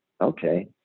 Okay